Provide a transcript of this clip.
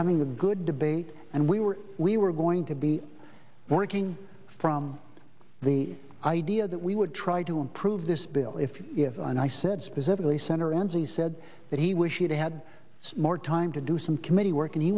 having a good debate and we were we were going to be working from the idea that we would try to improve this bill if you and i said specifically senator enzi said that he wished he had more time to do some committee work and he